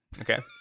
Okay